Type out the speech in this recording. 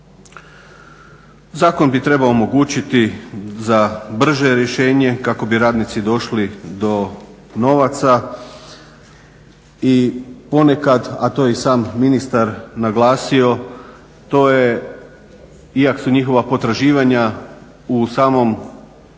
Zakon bi trebao omogućiti brže rješenje kako bi radnici došli do novaca. I ponekad a to je i sam ministar naglasio, iako su njihova potraživanja u samom